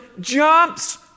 jumps